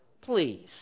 Please